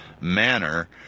manner